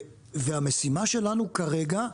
והמשימה שלנו כרגע,